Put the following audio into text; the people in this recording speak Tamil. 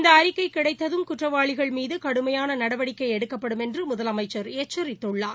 இந்த அறிக்கை கிடைத்ததும் குற்றவாளிகள் மீது கடுமயான நடவடிக்கை எடுக்கப்படும் என்று முதலமைச்சர் எச்சரித்துள்ளார்